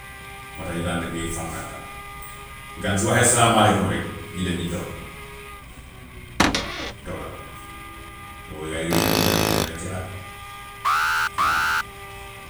Moo tax ñu daan def yooyu. Gan su waxee salaamaaleykum rek ñu dem ñu jox ko togga boobu yaay yi dañu ko dee mun a denc lu dem si at waaw.